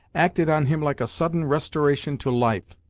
acted on him like a sudden restoration to life,